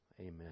Amen